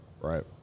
Right